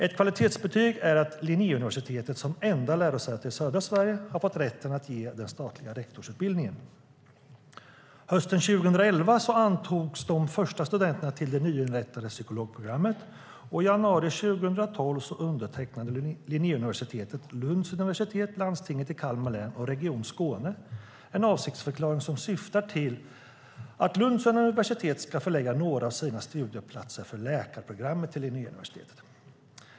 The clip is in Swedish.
Ett kvalitetsbetyg är att Linnéuniversitet som enda lärosäte i södra Sverige har fått rätten att ge den statliga rektorsutbildningen. Hösten 2011 antogs de första studenterna till det nyinrättade psykologprogrammet, och i januari 2012 undertecknade Linnéuniversitetet, Lunds universitet, Landstinget i Kalmar län och Region Skåne en avsiktsförklaring som syftar till att Lunds universitet ska förlägga några av sina studieplatser på läkarprogrammet till Linnéuniversitet.